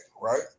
right